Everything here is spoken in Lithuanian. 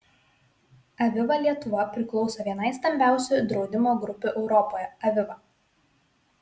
aviva lietuva priklauso vienai stambiausių draudimo grupių europoje aviva